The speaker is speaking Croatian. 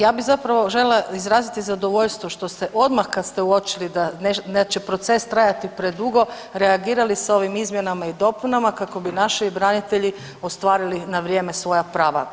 Ja bi samo željela izraziti zadovoljstvo što ste odmah kad ste uočili da neće proces trajati predugo, reagirali sa ovim izmjenama i dopunama kako bi naši branitelji ostvarili na vrijeme svoja prava.